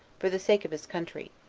for the sake of his country,